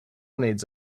needs